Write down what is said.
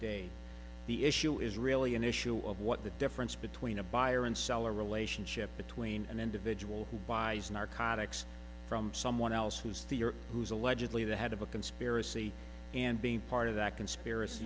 mcveigh the issue is really an issue of what the difference between a buyer and seller relationship between an individual who buys narcotics from someone else who's the or who is allegedly the head of a conspiracy and being part of that conspiracy